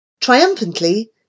Triumphantly